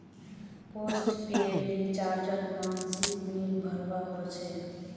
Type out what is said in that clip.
postpaid रिचार्जोत मासिक bill भरवा होचे